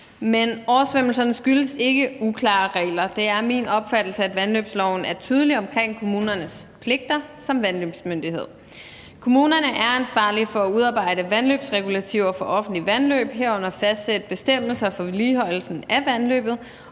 Men oversvømmelserne skyldes ikke uklare regler. Det er min opfattelse, at vandløbsloven er tydelig omkring kommunernes pligter som vandløbsmyndighed. Kommunerne er ansvarlige for at udarbejde vandløbsregulativer for offentlige vandløb, herunder at fastsætte bestemmelser for vedligeholdelsen af vandløbet,